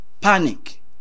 panic